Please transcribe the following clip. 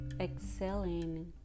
Exhaling